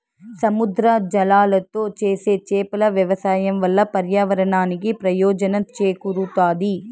సముద్ర జలాలతో చేసే చేపల వ్యవసాయం వల్ల పర్యావరణానికి ప్రయోజనం చేకూరుతాది